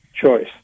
choice